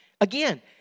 again